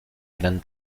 gran